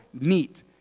neat